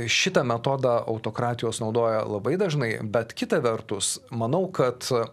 šitą metodą autokratijos naudoja labai dažnai bet kita vertus manau kad